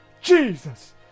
Jesus